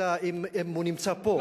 אלא אם כן הוא נמצא פה.